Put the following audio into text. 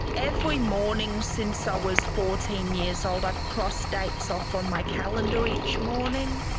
every morning since i was fourteen years old i have crossed dates off on my calendar each morning.